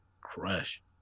crush